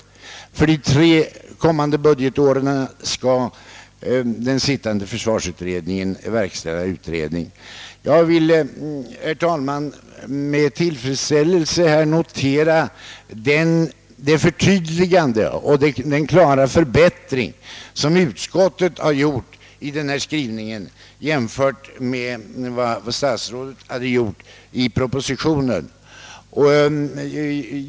Beträffande de tre kommande skall den sittande försvarsutredningen verkställa utredning. Jag vill, herr talman, med tillfredsställelse notera det förtydligande och den klara förbättring i detta avseende som utskottet har gjort i sin skrivning i jämförelse med vad statsrådet har föreslagit i propositionen.